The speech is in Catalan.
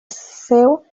seu